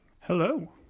hello